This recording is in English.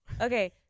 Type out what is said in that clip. Okay